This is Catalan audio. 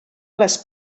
les